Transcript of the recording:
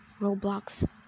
roblox